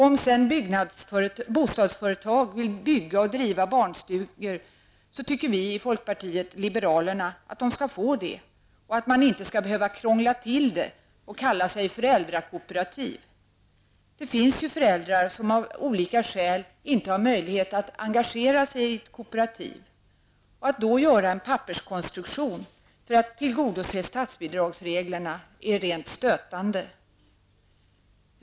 Om sedan bostadsföretag vill bygga och driva barnstugor, anser vi i folkpartiet liberalerna att de skall få göra det och att man inte skall behöva krångla till det och kalla sig föräldrakooperativ. Det finns ju föräldrar som av olika skäl inte har möjlighet att engagera sig i ett kooperativ. Att då göra en papperskonstruktion för att tillgodose statsbidragsreglerna är rent stötande.